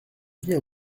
vis